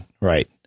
right